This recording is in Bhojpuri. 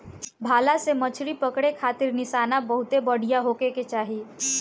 भाला से मछरी पकड़े खारित निशाना बहुते बढ़िया होखे के चाही